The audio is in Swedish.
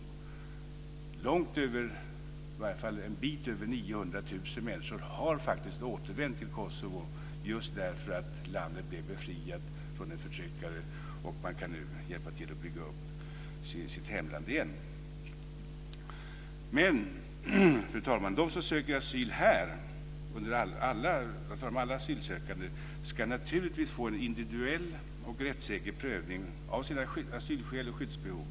Fler än 900 000 människor har återvänt till Kosovo därför att landet är befriat från en förtryckare, och man kan nu hjälpa till att bygga upp sitt hemland igen. Fru talman! Alla som söker asyl här ska naturligtvis få en individuell och rättssäker prövning av sina asylskäl och sitt skyddsbehov.